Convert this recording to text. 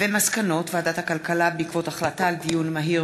בעקבות דיון מהיר